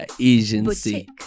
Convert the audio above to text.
agency